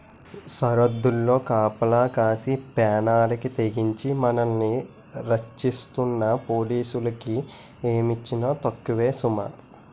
సరద్దుల్లో కాపలా కాసి పేనాలకి తెగించి మనల్ని రచ్చిస్తున్న పోలీసులకి ఏమిచ్చినా తక్కువే సుమా